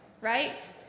right